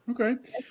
Okay